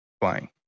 flying